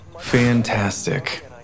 Fantastic